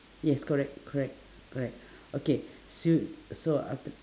yes correct correct correct okay so so aft~